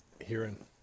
hearing